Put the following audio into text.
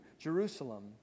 Jerusalem